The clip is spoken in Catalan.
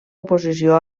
oposició